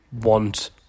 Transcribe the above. want